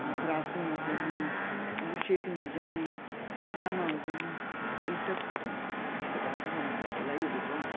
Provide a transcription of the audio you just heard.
ऐं फ्राकू हुजनि बुशटियूं हुजनि पैजामा हुजनि हीअ सभु सिबंदी आहियां मूंखे ॾाढो वणंदो आहे सिलाईअ जो कमु